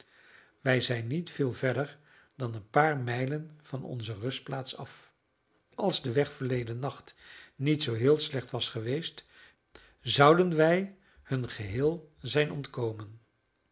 wij zijn niet veel verder dan een paar mijlen van onze rustplaats af als de weg verleden nacht niet zoo heel slecht was geweest zouden wij hun geheel zijn ontkomen